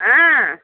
ஆ